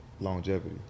longevity